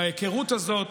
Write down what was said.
וההיכרות הזאת